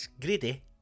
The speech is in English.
greedy